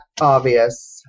obvious